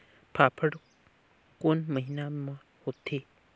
फाफण कोन महीना म होथे?